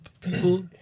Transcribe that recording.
people